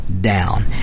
down